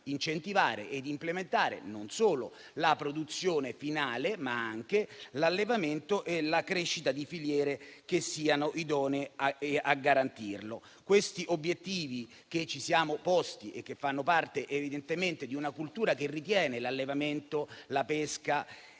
incentivare ed implementare non solo la produzione finale, ma anche l'allevamento e la crescita di filiere che siano idonee a garantirlo. Questi obiettivi che ci siamo posti, che fanno parte, evidentemente, di una cultura che ritiene l'allevamento, la pesca